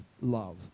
love